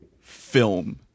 film